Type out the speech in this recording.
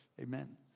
Amen